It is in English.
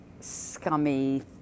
scummy